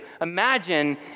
Imagine